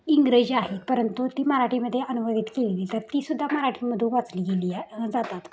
इंग्रजी आहेत परंतु ती मराठीमध्ये अनुवादित केली तर तीसुद्धा मराठीमधून वाचली गेली आहेत जातात